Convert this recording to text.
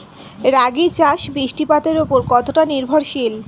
রাগী চাষ বৃষ্টিপাতের ওপর কতটা নির্ভরশীল?